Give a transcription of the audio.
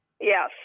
Yes